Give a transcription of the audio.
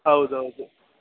ಹೌದೌದು